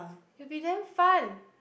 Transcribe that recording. will be damn fun